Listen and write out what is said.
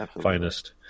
finest